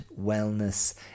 wellness